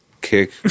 kick